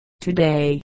Today